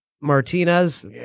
Martinez